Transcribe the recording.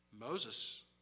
Moses